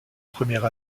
première